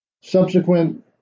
Subsequent